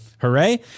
hooray